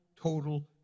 total